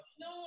No